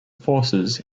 forces